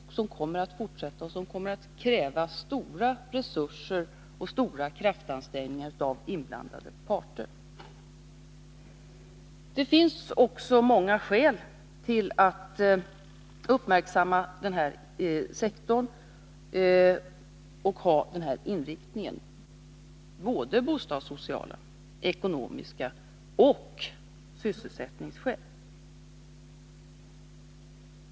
Den kommer att fortsätta, och den kommer att kräva stora resurser och kraftansträngningar av inblandade parter. Det finns också många skäl för att uppmärksamma denna sektor och ha denna inriktning — både bostadssociala och ekonomiska skäl samt sysselsättningsskäl.